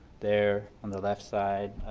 there on the left side